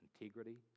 integrity